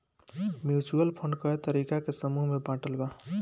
mutual fund कए तरीका के समूह में बाटल बा